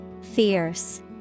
Fierce